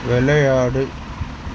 விளையாடு